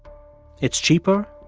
it's cheaper.